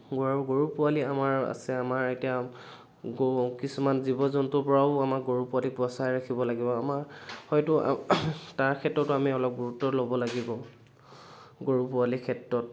মোৰ আৰু গৰু পোৱালি আমাৰ আছে আমাৰ এতিয়া গৰু কিছুমান জীৱ জন্তুৰ পৰাও আমাৰ গৰু পোৱালিক বচাই ৰাখিব লাগিব আমাৰ হয়তো তাৰ ক্ষেত্ৰতো আমি গুৰুত্ব ল'ব লাগিব গৰু পোৱালিৰ ক্ষেত্ৰত